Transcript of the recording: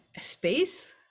space